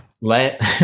let